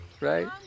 right